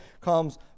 comes